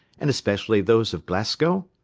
and especially those of glasgow?